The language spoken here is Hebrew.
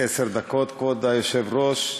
עשר דקות, כבוד היושב-ראש.